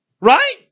Right